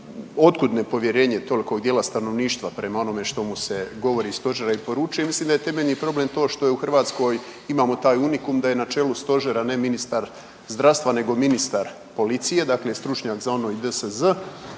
kuda nepovjerenje tolikog dijela stanovništva prema onome što mu se govori iz stožera i poručuje, mislim da je temeljni problem to što u Hrvatskoj imamo taj unikum da je na čelu stožera ne ministar zdravstva, nego ministar policije dakle stručnjak za ONO i DSZ